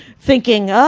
thinking,